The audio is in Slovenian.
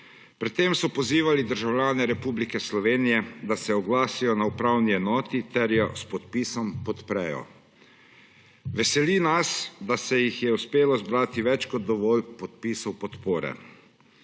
Pri tem so pozivali državljane Republike Slovenije, da se oglasijo na upravni enoti ter jo s podpisom podprejo. Veseli nas, da se je uspelo zbrati več kot dovolj podpisov podpore.